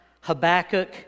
Habakkuk